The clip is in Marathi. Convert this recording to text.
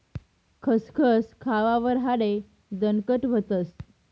खसखस खावावर हाडे दणकट व्हतस